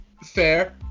fair